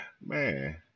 Man